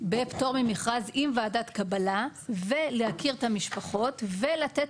בפטור ממכרז עם ועדת קבלה ולהכיר את המשפחות ולתת